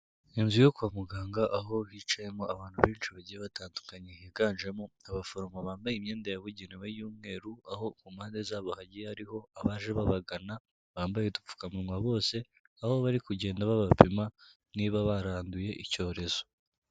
Inzu yo kwa muganga aho hicayemo abantu benshi bagiye batandukanye higanjemo abaforomo bambaye imyenda yabugenewe y'umweru, aho ku mpande zabo hagiye hariho abaje babagana bambaye udupfukamunwa bose, aho bari kugenda babapima niba baranduye icyorezo.